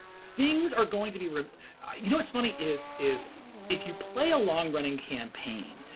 things are going to be. you know what's funny, is is if you play a long-running campaign,